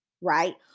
right